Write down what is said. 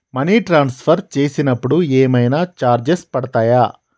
Money transfer చేసినప్పుడు ఏమైనా charges పడతయా?